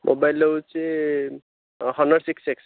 mobile ହେଉଛି Honor six X